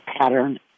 pattern